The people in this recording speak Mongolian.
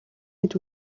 гэж